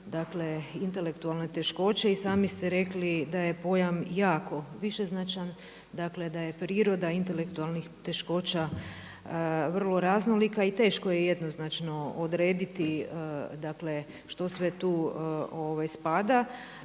dakle intelektualne teškoće. I sami ste rekli da je pojam jako višeznačan, dakle da je priroda intelektualnih teškoća vrlo raznolika i teško je jednoznačno odrediti, dakle što sve tu spada.